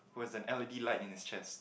who has an L_E_D light in his chest